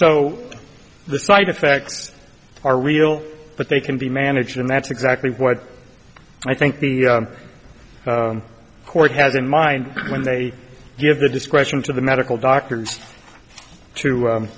so the side effects are real but they can be managed and that's exactly what i think the court has in mind when they give the discretion to the medical doctors to